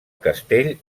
castell